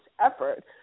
effort